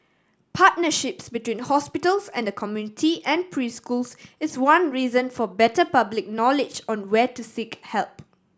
partnerships between hospitals and the community and preschools is one reason for better public knowledge on where to seek help